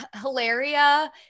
Hilaria